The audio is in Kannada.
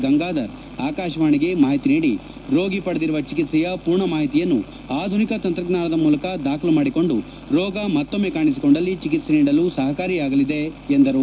ಗಂಗಾಧರ್ ಆಕಾಶವಾಣಿಗೆ ಮಾಹಿತಿ ನೀಡಿ ರೋಗಿಯೂ ಪಡೆದಿರುವ ಚಿಕಿತ್ಸೆಯ ಪೂರ್ಣ ಮಾಹಿತಿಯನ್ನು ಆಧುನಿಕ ತಂತ್ರಜ್ವಾನದ ಮೂಲಕ ದಾಖಲು ಮಾಡಿಕೊಂಡು ರೋಗ ಮತ್ತೊಮ್ನೆ ಕಾಣಿಸಿಕೊಂಡಲ್ಲಿ ಚಿಕಿತ್ಸೆ ನೀಡಲು ಸಹಕಾರಿಯಾಗಲಿದೆ ಎಂದರು